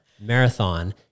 marathon